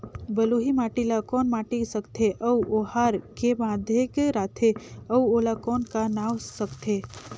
बलुही माटी ला कौन माटी सकथे अउ ओहार के माधेक राथे अउ ओला कौन का नाव सकथे?